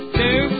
two